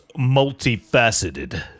multifaceted